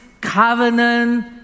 covenant